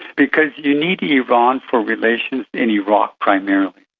because you need iran for relations in iraq primarily.